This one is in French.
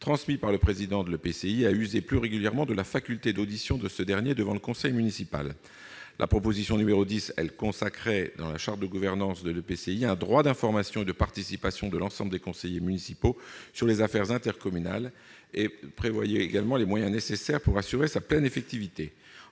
transmis par le président de l'EPCI et à user plus régulièrement de la faculté d'audition de ce dernier devant le conseil municipal. La recommandation n° 10 consacrait, dans la charte de gouvernance de l'EPCI, un doit d'information et de participation de l'ensemble des conseillers municipaux sur les affaires intercommunales et prévoyait également les moyens nécessaires pour assurer sa pleine effectivité.